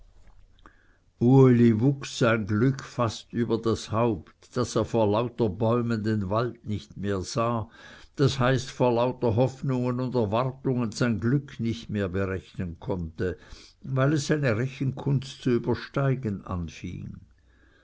wuchs sein glück fast über das haupt daß er vor lauter bäumen den wald nicht mehr sah das heißt vor lauter hoffnungen und erwartungen sein glück nicht mehr berechnen konnte weil es seine rechenkunst zu übersteigen